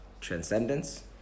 transcendence